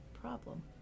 problem